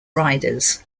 riders